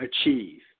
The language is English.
achieve